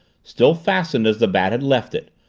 still fastened as the bat had left it,